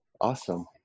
Awesome